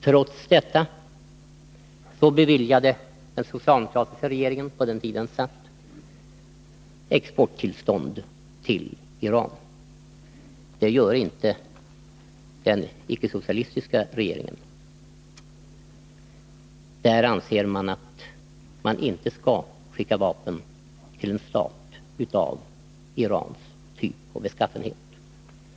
Trots detta beviljade den socialdemokratiska regeringen på sin tid exporttillstånd till Iran. Det gör inte den icke-socialistiska regeringen. Den anser att man inte skall skicka vapen till en stat av Irans typ och beskaffenhet.